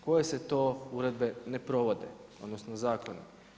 Koje se to uredbe ne provode, odnosno zakoni.